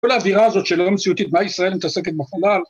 ‫כל האווירה הזאת שלא מציאותית, ‫מה ישראל מתעסקת בחלל